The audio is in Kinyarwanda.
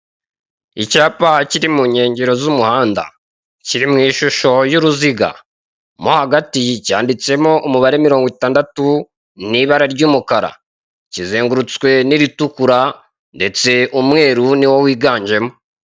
Icyapa kiri mu nkengero z'umuhanda kiri mu ishusho y'uruziga mo hagati cyanyanditsemo umubare mirongo itandatu mu ibara ry'umukara kizengurutswe n'iritukura ndetse umweru ni wo wiganjemo.